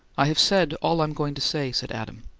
i have said all i'm going to say, said adam,